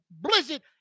blizzard